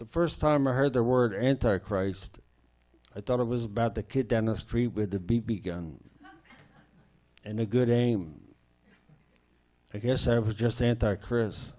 the first time or heard their word anti christ i thought it was about the kid down the street with a b b gun and a good aim i guess i was just antichris